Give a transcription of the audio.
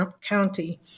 County